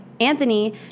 Anthony